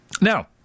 Now